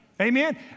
Amen